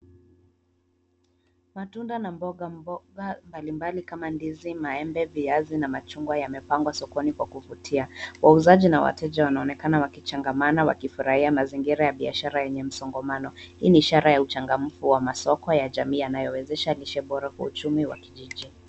Matunda na mboga mboga mbali kama vile ndizi, maembe, viazi na machungwa yamepangwa sokoni kwa kuvutia. Wauzaji na wateja wanaonekana waki changamana wakifurahia mazingira ya biashara yenye msongamano. Hii ni ishara ya uchangamfu wa masomo ya biashara yanayo wezesha lishe bora kwa uchumi wa kijiji.